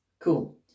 Cool